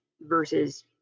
versus